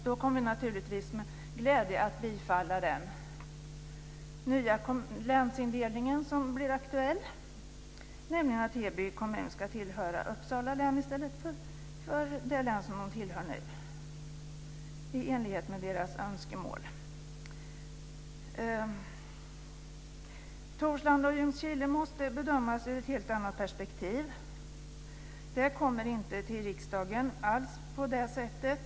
Då kommer vi naturligtvis med glädje att bifalla den nya länsindelning som blir aktuell, nämligen att Heby kommun ska tillhöra Uppsala län i stället för det län man tillhör nu i enlighet med dess eget önskemål. Torslanda och Ljungskile måste bedömas ur ett helt annat perspektiv. Detta kommer inte alls till riksdagen på det sättet.